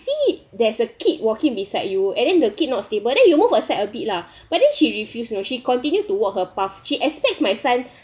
see there's a kid walking beside you and then the kid not stable then you move aside a bit lah but then she refuse you know she continue to walk her path she expects my son